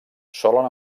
solen